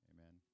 Amen